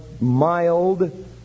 mild